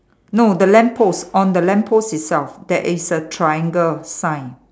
no the lamppost on the lamppost itself there is a triangle sign